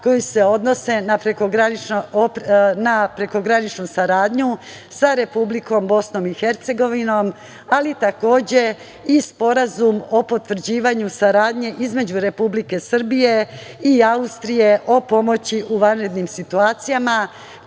koji se odnose na prekograničnu saradnju sa Republikom BiH, ali takođe i Sporazum o potvrđivanju saradnje između Republike Srbije i Austrije o pomoći u vanrednim situacijama,